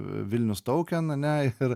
vilnius touken ane ir